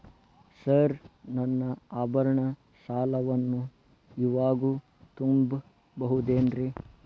Sir ನನ್ನ ಆಭರಣ ಸಾಲವನ್ನು ಇವಾಗು ತುಂಬ ಬಹುದೇನ್ರಿ?